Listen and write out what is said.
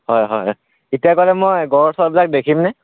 হয় হয় এতিয়া গ'লে মই গঁড় চড়বিলাক দেখিমনে